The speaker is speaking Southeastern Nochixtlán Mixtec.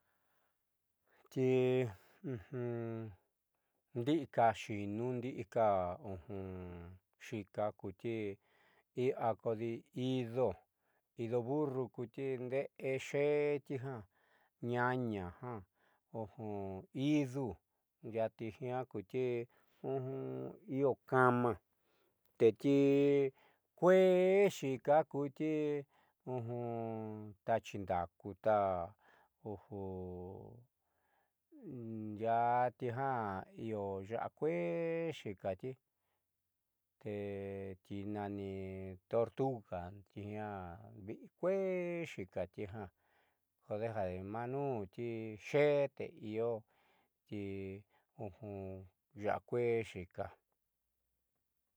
Xhi ujun, dika xhi no dika ujun, xhika kutii hi akodii hí ndo'o, ido'o burro kuti nré hé chetijan ñañajan ojon indú cheti jian kutii jo jon ihó cama techi kuexhi ki ká kuti ojon kaxhi ndakuu ta'a ojo'o tii ña ihó ya'á kuechi, xhikati te tinani tortuga ian vii kue xhikatijan onreja ni maniuti ti xhete ihó ti ujun ya'á kue xhika.